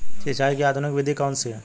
सिंचाई की आधुनिक विधि कौन सी है?